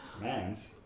Mans